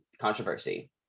controversy